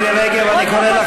מההדר הבית"רי, למה מה קרה?